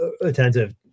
attentive